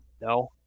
No